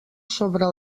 sobre